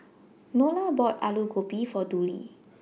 Nolia bought Aloo Gobi For Dudley